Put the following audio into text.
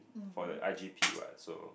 for your I G_P what so